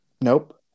Nope